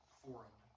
foreign